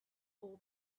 all